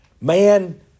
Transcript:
man